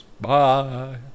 Bye